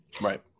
right